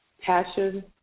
Passion